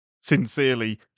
sincerely